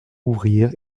ouvrir